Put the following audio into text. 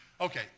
okay